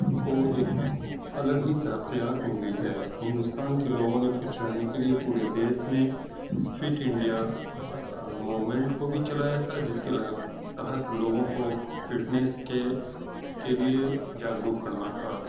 کو ایک الگ ہی ترقی ملی ہے ہندوستان کے لوگوں نے فٹ رہنے کے لیے پورے دیس میں فٹ انڈیا موومنٹ کو بھی چلایا تھا جس کے تحت لوگوں کو فٹنس کے کے لیے جاگرک کرنا تھا